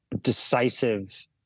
decisive